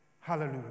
Hallelujah